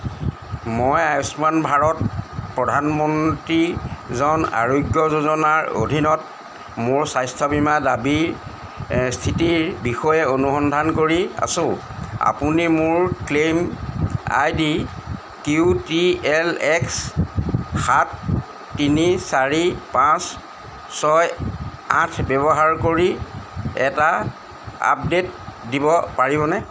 মই আয়ুষ্মান ভাৰত প্ৰধানমন্ত্ৰী জন আৰোগ্য যোজনাৰ অধীনত মোৰ স্বাস্থ্য বীমা দাবীৰ স্থিতিৰ বিষয়ে অনুসন্ধান কৰি আছোঁ আপুনি মোৰ claim ID Q T L এল এক্স সাত তিনি চাৰি পাঁচ ছয় আঠ ব্যৱহাৰ কৰি এটা আপডেট দিব পাৰিবনে